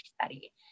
study